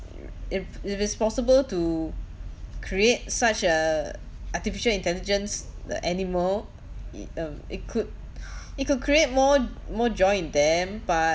if if it's possible to create such a artificial intelligence the animal it um it could it could create more more joy in them but